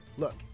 Look